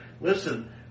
listen